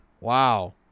Wow